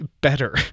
Better